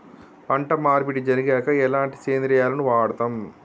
పంట మార్పిడి జరిగాక ఎలాంటి సేంద్రియాలను వాడుతం?